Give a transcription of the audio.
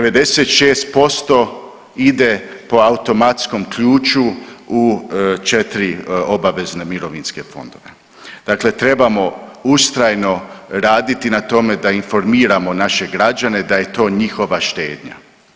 96% ide po automatskom ključu u četri obavezna mirovinske fondove, dakle trebamo ustrajno raditi na tome da informiramo naše građane da je to njihova štednja.